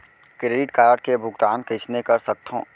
Credit card के भुगतान कईसने कर सकथो?